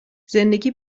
زندگی